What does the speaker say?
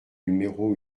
numéro